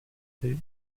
tait